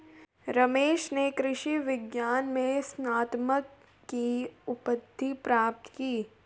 रमेश ने कृषि विज्ञान में स्नातक की उपाधि प्राप्त की